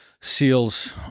seals